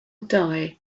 die